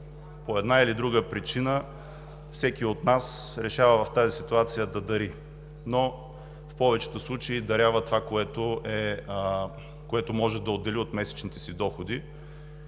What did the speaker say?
по една или друга причина всеки от нас решава в тази ситуация да дари, но в повечето случаи дарява това, което може да отдели от месечните си доходи,